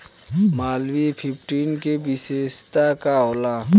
Malviya fifteen के विशेषता का होला?